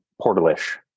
portal-ish